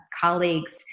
colleagues